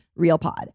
RealPod